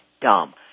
dumb